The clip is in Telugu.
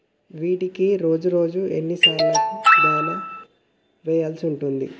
వీటికి రోజుకు ఎన్ని సార్లు దాణా వెయ్యాల్సి ఉంటది?